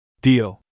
Deal